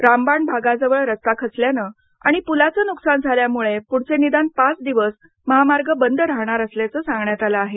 रामबाण भागाजवळ रस्ता खचल्यानं आणि पुलाचं नुकसान झाल्यामुळे पुढचे निदान पाच दिवस महामार्ग बंद राहणार असल्याचं सांगण्यात आलं आहे